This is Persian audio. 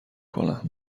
کنم